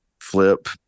Flip